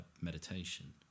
meditation